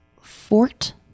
Fort